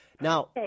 Now